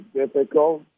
difficult